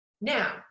Now